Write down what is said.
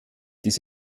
dies